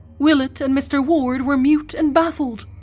willett and mr. ward were mute and baffled.